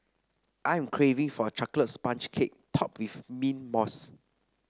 I am craving for a chocolate sponge cake topped with mint mousse